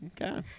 Okay